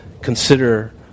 consider